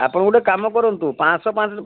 ଆପଣ ଗୋଟେ କାମ କରନ୍ତୁ ପାଞ୍ଚଶହ ପାଞ୍ଚ